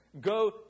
Go